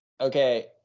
Okay